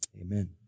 amen